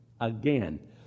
again